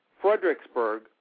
Fredericksburg